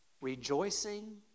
Rejoicing